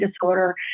disorder